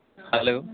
hello